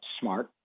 smart